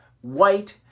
white